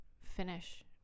finish